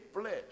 flesh